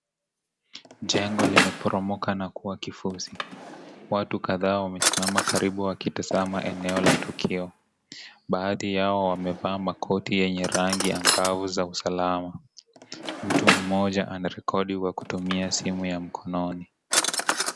Jengo limeporomoka na kuwa kifuzi . Watu kadhaa wamesimama karibu wakitazama eneo la tukio, baadhi yao wamevaa makoti yenye rangi ya ngavu ya usalama . Mtu mmoja anarekodiwa kutumia simu ya mkononi.